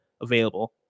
available